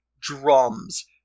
drums